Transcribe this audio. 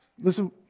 Listen